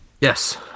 Yes